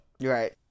Right